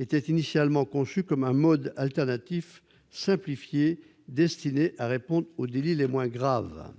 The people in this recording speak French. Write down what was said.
était initialement conçue comme un mode alternatif simplifié destiné à répondre aux délits les moins graves.